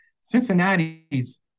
Cincinnati's